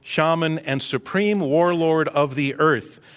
shaman, and supreme warlord of the earth.